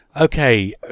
Okay